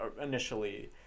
initially